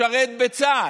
לשרת בצה"ל.